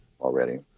already